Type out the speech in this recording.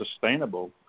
sustainable